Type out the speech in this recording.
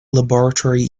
laboratory